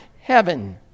heaven